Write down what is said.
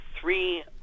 three